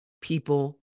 people